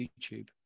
youtube